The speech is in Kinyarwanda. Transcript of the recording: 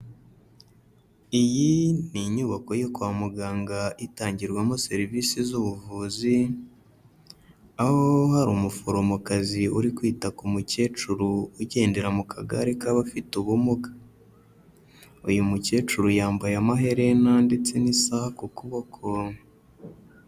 Iyi ni inyubako yo kwa muganga, itangirwamo serivisi z'ubuvuzi, aho hari umuforomokazi uri kwita ku mukecuru, ugendera mu kagare k'abafite ubumuga. Uyu mukecuru yambaye amaherena, ndetse n'isaha ku kuboko.